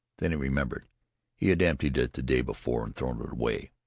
then he remembered he had emptied it the day before and thrown it away.